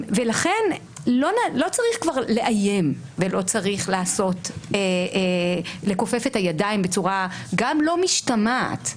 לא צריך כבר לאיים ולא צריך לכופף את הידיים בצורה גם לא משתמעת.